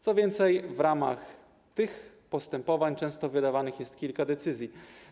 Co więcej, w ramach tych postępowań często wydawanych jest kilka decyzji.